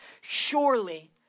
Surely